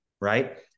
Right